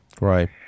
Right